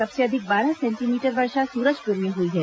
सबसे अधिक बारह सेंटीमीटर वर्षा सूरजपुर में हुई है